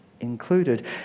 included